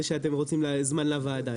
זה שאתם רוצים זמן לוועדה.